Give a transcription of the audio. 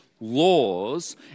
laws